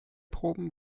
proben